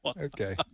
okay